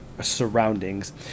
surroundings